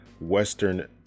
Western